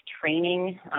training